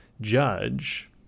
judge